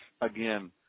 again